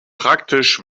praktisch